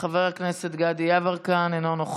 כל הכבוד לך, חבר הכנסת גדי יברקן, אינו נוכח,